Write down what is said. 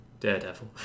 Daredevil